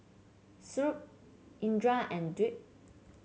Shoaib Indra and Dwi